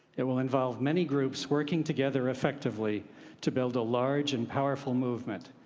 it will involve many groups working together effectively to build a large and powerful movement.